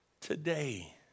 today